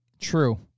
True